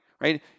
right